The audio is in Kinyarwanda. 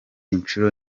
inshuro